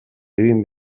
ببین